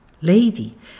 lady